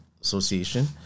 Association